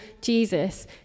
Jesus